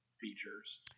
features